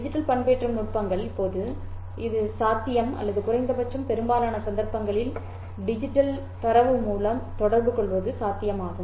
digital பண்பேற்றம் நுட்பங்கள் இப்போது இது எப்போதும் சாத்தியம் அல்லது குறைந்தபட்சம் பெரும்பாலான சந்தர்ப்பங்களில் டிஜிட்டல் தரவு மூலம் தொடர்புகொள்வது சாத்தியமாகும்